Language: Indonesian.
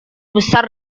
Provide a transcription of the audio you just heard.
besar